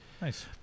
Nice